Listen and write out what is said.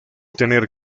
tener